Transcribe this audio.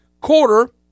quarter